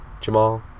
Jamal